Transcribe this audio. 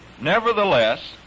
Nevertheless